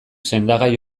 sendagai